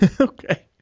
Okay